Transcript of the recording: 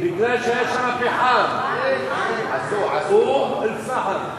היה שם פחם ולכן שמו אום-אל-פחם.